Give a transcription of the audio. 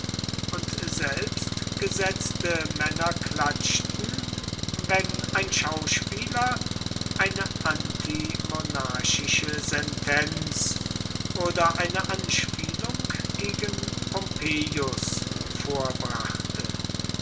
und selbst gesetzte männer klatschten wenn ein schauspieler eine antimonarchische sentenz oder eine anspielung gegen pompeius vorbrachte